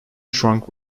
trunk